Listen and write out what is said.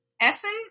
Essen